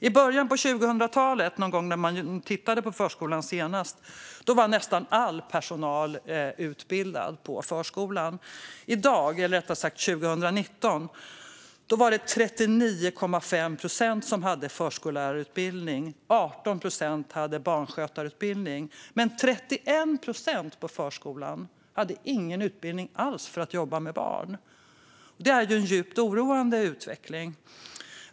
I början av 2000-talet, när man senast tittade på förskolan, var nästan all personal i förskolan utbildad. År 2019 var det 39,5 procent som hade förskollärarutbildning och 18 procent som hade barnskötarutbildning. Men 31 procent i förskolan hade ingen utbildning alls för att jobba med barn. Det är en djupt oroande utveckling.